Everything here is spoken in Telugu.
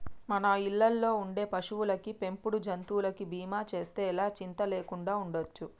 మన ఇళ్ళల్లో ఉండే పశువులకి, పెంపుడు జంతువులకి బీమా చేస్తే ఎలా చింతా లేకుండా ఉండచ్చు